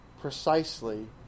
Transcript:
precisely